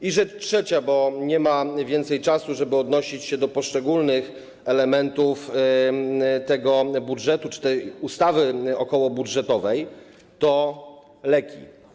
I rzecz trzecia - bo nie ma więcej czasu, żeby odnosić się do poszczególnych elementów budżetu czy ustawy okołobudżetowej - to leki.